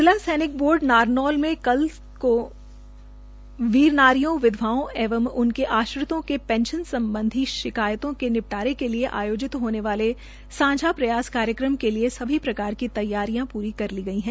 जिला सैनिक बोर्ड नारनौल में कल वीरनारियों विधवाओं एवं उनके आश्रितों के पेंशन संबंधित शिकायतों के निपटारे के लिए आयोजित होने वाले सांझा प्रयास कार्यक्रम के लिए सभी प्रकार की तैयारियां पूरी कर ली गई हैं